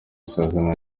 isezerano